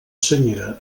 senyera